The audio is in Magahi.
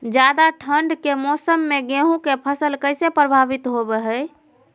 ज्यादा ठंड के मौसम में गेहूं के फसल कैसे प्रभावित होबो हय?